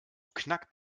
knackt